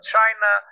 China